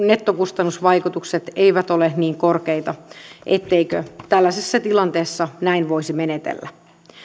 nettokustannusvaikutukset eivät ole niin korkeita etteikö tällaisessa tilanteessa näin voisi menetellä